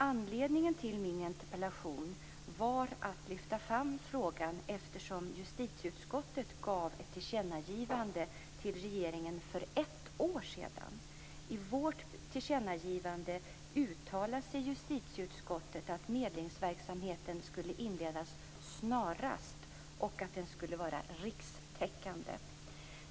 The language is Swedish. Anledningen till min interpellation var att lyfta fram frågan eftersom justitieutskottet gav till ett tillkännagivande till regeringen för ett år sedan. I tillkännagivandet uttalade justitieutskottet att medlingsverksamheten skulle inledas snarast och att den skulle vara rikstäckande.